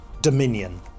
Dominion